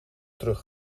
terug